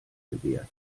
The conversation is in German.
gewährt